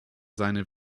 seine